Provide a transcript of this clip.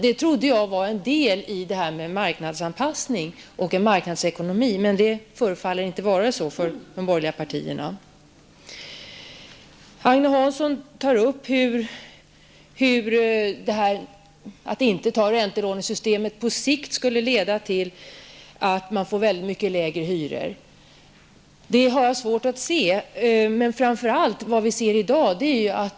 Det trodde jag var en del av en marknadsanpassning och en marknadsekonomi. Men så förefaller det inte att vara för de borgerliga partierna. Agne Hansson tog upp vad det på lång sikt skulle innebära att inte tillämpa räntelånesystemet. Man skulle få mycket lägre hyror, sade han. Det har jag svår att se.